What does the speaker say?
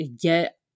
get